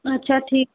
अच्छा ठीक